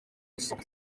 isoko